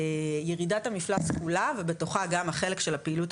ירידת המפלס כולה ובתוכה גם החלק של הפעילות